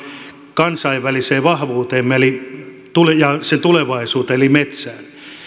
kansainväliseen vahvuuteemme ja sen tulevaisuuteen eli metsään